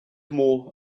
more